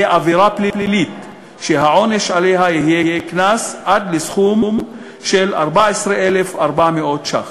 עבירה פלילית שהעונש עליה יהיה קנס עד לסכום של 14,400 ש"ח.